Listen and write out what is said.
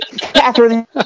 Catherine